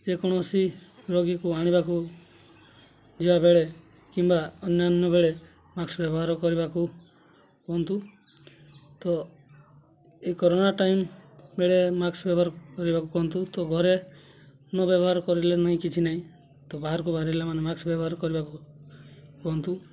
ଯେକୌଣସି ରୋଗୀକୁ ଆଣିବାକୁ ଯିବାବେଳେ କିମ୍ବା ଅନ୍ୟାନ୍ୟ ବେଳେ ମାସ୍କ୍ ବ୍ୟବହାର କରିବାକୁ କୁହନ୍ତୁ ତ ଏହି କରୋନା ଟାଇମ୍ ବେଳେ ମାସ୍କ୍ ବ୍ୟବହାର କରିବାକୁ କୁହନ୍ତୁ ତ ଘରେ ନ ବ୍ୟବହାର କରିଲେ ନାହିଁ କିଛି ନାହିଁ ତ ବାହାରକୁ ବାହାରିଲା ମାନେ ମାସ୍କ୍ ବ୍ୟବହାର କରିବାକୁ କୁହନ୍ତୁ